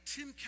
Tim